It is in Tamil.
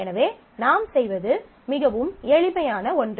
எனவே நாம் செய்வது மிகவும் எளிமையான ஒன்று